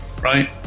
right